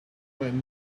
might